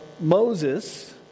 Moses